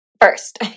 first